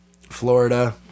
Florida